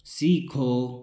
सीखो